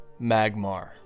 Magmar